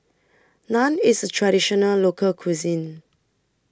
Naan IS A Traditional Local Cuisine